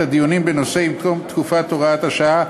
הדיונים בנושא עם תום תקופת הוראת השעה,